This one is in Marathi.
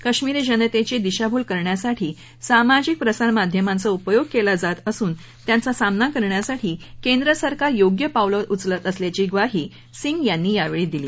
काश्मिरी जनतेची दिशाभूल करण्यासाठी सामाजिक प्रसारमाध्यमांचा उपयोग केला जात असून त्यांचा सामना करण्यासाठी केंद्र सरकारचं योग्य पावलं उचलत असल्याची ग्वाही सिंग यांनी यावेळी दिली